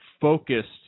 focused